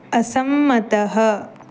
असम्मतः